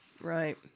Right